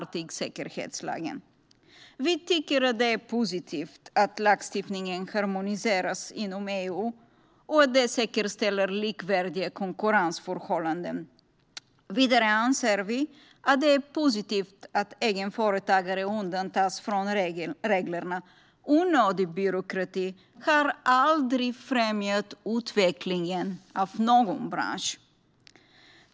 Genomförande av EU:s direktiv om arbetstidens förläggning vid transporter på inre vattenvägar Vi tycker att det är positivt att lagstiftningen harmoniseras inom EU eftersom det säkerställer likvärdiga konkurrensförhållanden. Vidare anser vi att det är positivt att egenföretagare undantas från reglerna. Onödig byråkrati har aldrig främjat utvecklingen av en bransch.